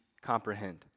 comprehend